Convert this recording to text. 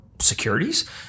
securities